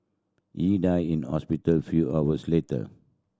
he died in hospital few hours later